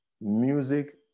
Music